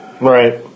Right